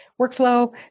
workflow